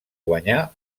guanyar